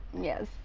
Yes